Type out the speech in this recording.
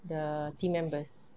the team members